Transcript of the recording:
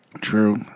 True